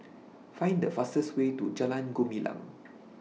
Find The fastest Way to Jalan Gumilang